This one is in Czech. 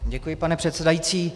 Děkuji, pane předsedající.